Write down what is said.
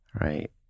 right